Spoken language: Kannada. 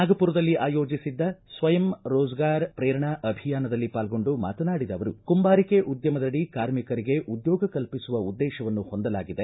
ನಾಗಮರದಲ್ಲಿ ಆಯೋಜಿಸಿದ್ದ ಸ್ವಯಂ ರೋಜಗಾರ ಪ್ರೇರಣಾ ಅಭಿಯಾನದಲ್ಲಿ ಪಾಲ್ಗೊಂಡು ಮಾತನಾಡಿದ ಅವರು ಕುಂಬಾರಿಕೆ ಉದ್ದಮದಡಿ ಕಾರ್ಮಿಕರಿಗೆ ಉದ್ದೋಗ ಕಲ್ಪಿಸುವ ಉದ್ದೇಶವನ್ನು ಹೊಂದಲಾಗಿದೆ